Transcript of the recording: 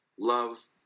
Love